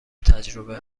تجربه